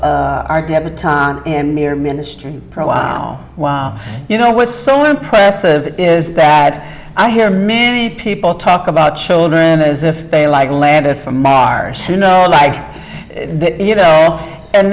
f our debutante and near ministry for a while you know what's so impressive is that i hear many people talk about children as if they like landed from mars you know like you know and